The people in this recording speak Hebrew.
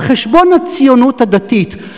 על חשבון הציונות הדתית.